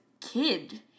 kid